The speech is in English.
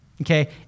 okay